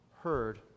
heard